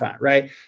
right